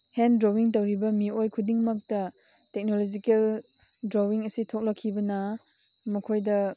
hand drawing ꯇꯧꯔꯤꯕ ꯃꯤꯑꯣꯏ ꯈꯨꯗꯤꯡꯃꯛꯇ ꯇꯦꯛꯅꯣꯂꯣꯖꯤꯀꯦꯜ ꯗ꯭ꯔꯣꯋꯤꯡ ꯑꯁꯤ ꯊꯣꯛꯂꯛꯈꯤꯕꯅ ꯃꯈꯣꯏꯗ